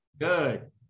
Good